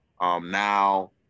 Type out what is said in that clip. now